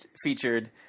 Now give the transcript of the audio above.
featured